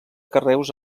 carreus